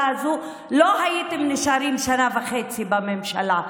הזו לא הייתם נשארים שנה וחצי בממשלה,